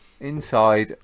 Inside